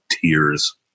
tears